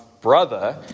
brother